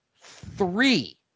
three